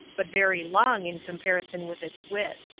but very long in comparison with its width.